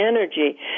energy